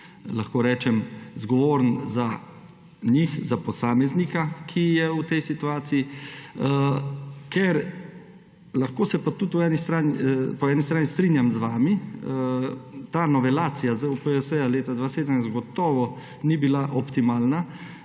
lahko rečem, zgovoren za posameznika, ki je v tej situaciji. Lahko se pa tudi po eni strani strinjam z vami, ta novelacija ZUPJS leta 2017 gotovo ni bila optimalna.